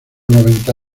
noventa